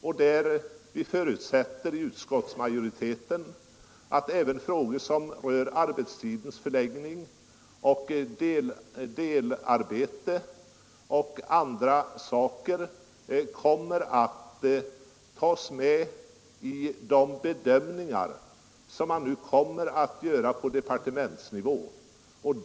Utskottsmajoriteten förutsätter att även frågor som rör arbetstidens förläggning och deltidsarbete tas med i de bedömningar som man nu kommer att göra på departementsnivå.